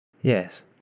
Yes